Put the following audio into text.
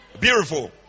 Beautiful